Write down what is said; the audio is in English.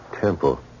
Temple